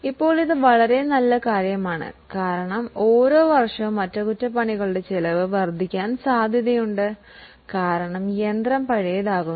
ഇപ്പോൾ ഇത് വളരെ നല്ല കാര്യമാണ് കാരണം ഓരോ വർഷവും അറ്റകുറ്റപ്പണികളുടെ ചിലവ് വർദ്ധിക്കാൻ സാധ്യതയുണ്ട് കാരണം യന്ത്രം പഴയതാകുന്നു